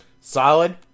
Solid